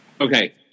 Okay